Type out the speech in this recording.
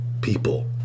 people